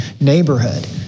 neighborhood